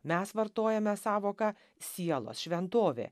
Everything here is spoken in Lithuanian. mes vartojame sąvoką sielos šventovė